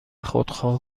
خودخواه